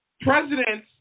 Presidents